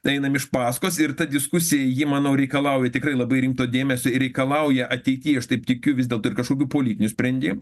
tai einam iš pasakos ir ta diskusija ji manau reikalauja tikrai labai rimto dėmesio ir reikalauja ateity aš taip tikiu vis dėlto ir kažkokių politinių sprendimų